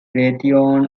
raytheon